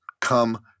come